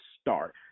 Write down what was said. start